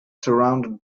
surrounded